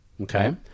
Okay